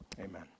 amen